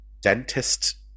dentist